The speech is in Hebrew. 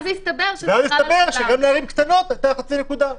אז הסתבר שגם לערים קטנות הייתה חצי נקודה.